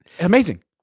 Amazing